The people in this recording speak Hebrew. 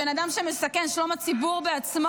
בן אדם שמסכן את שלום הציבור בעצמו.